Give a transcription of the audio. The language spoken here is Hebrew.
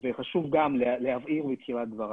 חשוב גם להבהיר בתחילת דבריי,